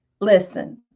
Listen